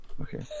Okay